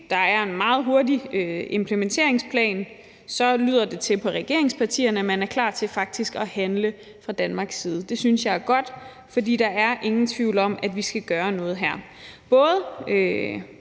ikke er en meget hurtig implementeringsplan, lyder det på regeringspartierne til, at man faktisk er klar til at handle fra Danmarks side. Det synes jeg er godt. For der er ingen tvivl om, at vi skal gøre noget her,